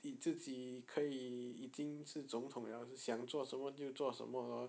已自己可以已经是总统了想做什么就做什么 lor